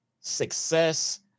success